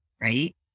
Right